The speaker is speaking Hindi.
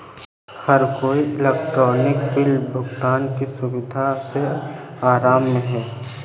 हर कोई इलेक्ट्रॉनिक बिल भुगतान की सुविधा से आराम में है